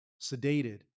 sedated